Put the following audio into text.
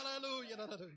Hallelujah